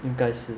应该是